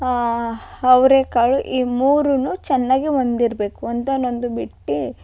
ಅವರೇಕಾಳು ಈ ಮೂರೂ ಚೆನ್ನಾಗಿ ಹೊಂದಿರ್ಬೇಕು ಒಂದನ್ನೊಂದು ಬಿಟ್ಟು